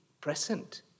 present